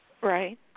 Right